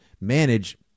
manage